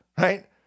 right